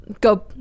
Go